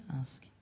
ask